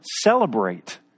celebrate